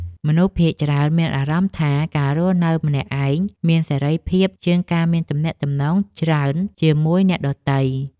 មនុស្សភាគច្រើនមានអារម្មណ៍ថា ការរស់នៅម្នាក់ឯងមានសេរីភាពជាងការមានទំនាក់ទំនងច្រើនជាមួយអ្នកដទៃ។